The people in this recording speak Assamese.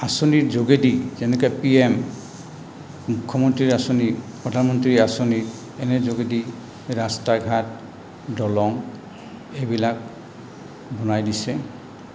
আঁচনিৰ যোগেদি যেনেকৈ পি এম মুখ্যমন্ত্ৰীৰ আঁচনি প্ৰধানমন্ত্ৰী আঁচনি এনে যোগেদি ৰাস্তা ঘাট দলং এইবিলাক বনাই দিছে